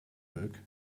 book